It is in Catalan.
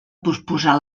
posposar